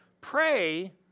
pray